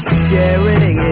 sharing